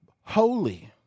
holy